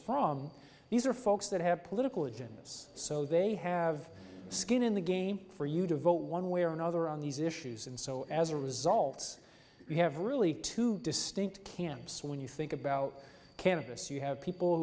from these are folks that have political agendas so they have skin in the game for you to vote one way or another on these issues and so as a results we have really two distinct camps when you think about cannabis you have people